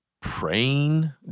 praying